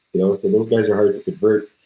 you know say those guys are hard to convert.